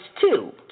two